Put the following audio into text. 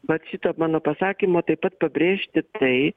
vat šito mano pasakymo taip pat pabrėžti tai